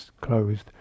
closed